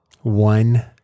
one